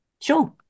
Sure